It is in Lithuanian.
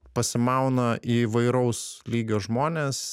pasimauna įvairaus lygio žmonės